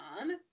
on